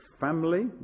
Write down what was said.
family